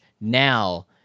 now